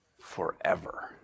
forever